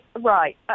right